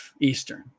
Eastern